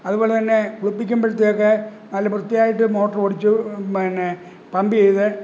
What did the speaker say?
അതുപോലെ തന്നെ കുളിപ്പിക്കുമ്പോഴത്തേക്ക് നല്ല വൃത്തിയായിട്ട് മോട്ടറോടിച്ച് പിന്നെ പമ്പ് ചെയ്ത്